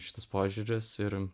šitas požiūris ir